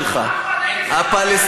--- כל פעם.